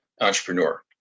entrepreneur